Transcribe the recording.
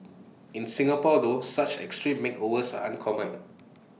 in Singapore though such extreme makeovers are uncommon